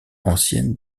anciennes